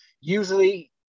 Usually